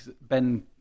Ben